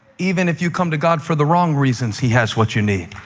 even if you come to god for the wrong reasons, he has what you need.